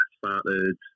started